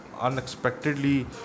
Unexpectedly